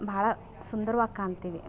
ಭಾಳ ಸುಂದ್ರವಾಗಿ ಕಾಣ್ತೀವಿ